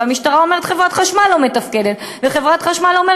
והמשטרה אומרת: חברת חשמל לא מתפקדת,